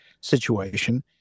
situation